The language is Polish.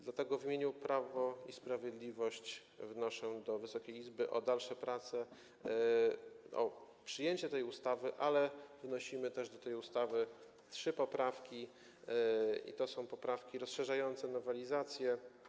Dlatego w imieniu Prawa i Sprawiedliwości wnoszę do Wysokiej Izby o dalsze prace, o przyjęcie tej ustawy, ale wnosimy też do tej ustawy trzy poprawki i to są poprawki rozszerzające nowelizację.